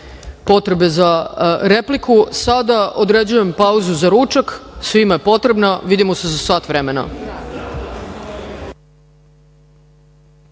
potrebe za repliku. Sada određujem pauzu za ručak, svima je potrebna. Vidimo se za sat vremena.(Posle